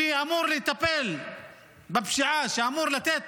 שאמור לטפל בפשיעה, שאמור לתת